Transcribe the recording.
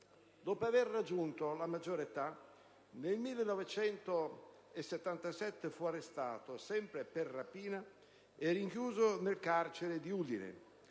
Dopo aver raggiunto la maggiore età, nel 1977 fu arrestato, sempre per rapina, e rinchiuso nel carcere di Udine